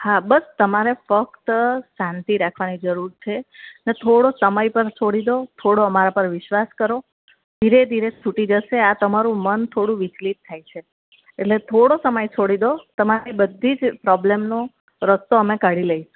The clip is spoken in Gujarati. હા બસ તમારે ફક્ત શાંતિ રાખવાની જરૂર છે ને થોડો સમય મારી પર છોડી દો થોડો અમારા પર વિશ્વાસ કરો ધીરે ધીરે છૂટી જશે આ તમારું મન થોડું વિચલિત થાય છે એટલે થોડોક સમય છોડી દો તમારી બધી જ પ્રોબ્લેમનો રસ્તો અમે કાઢી લઈશું